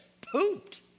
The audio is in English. pooped